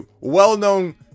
well-known